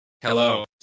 Hello